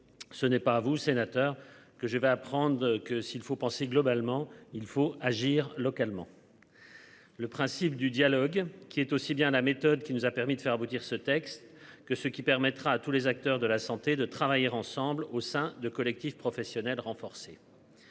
Ce n'est pas à vous sénateur que je vais apprendre que s'il faut penser globalement il faut agir localement. Le principe du dialogue qui est aussi bien la méthode qui nous a permis de faire aboutir ce texte que ce qui permettra à tous les acteurs de la santé, de travailler ensemble au sein de collectifs professionnels renforcée.